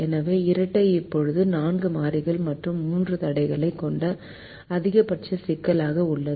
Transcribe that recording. எனவே இரட்டை இப்போது 4 மாறிகள் மற்றும் 3 தடைகளைக் கொண்ட அதிகபட்ச சிக்கலாக உள்ளது